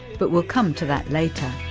but we'll come to that later.